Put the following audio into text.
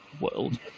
world